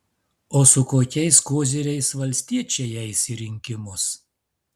o su kokiais koziriais valstiečiai eis į rinkimus